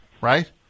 Right